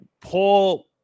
Paul